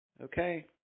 Okay